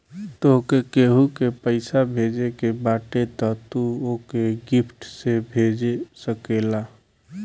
तोहके केहू के पईसा भेजे के बाटे तअ तू ओके निफ्ट से भेज सकेला